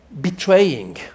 betraying